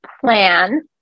plan